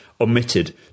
omitted